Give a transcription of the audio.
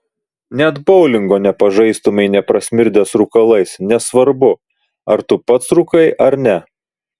net boulingo nepažaistumei neprasmirdęs rūkalais nesvarbu ar tu pats rūkai ar ne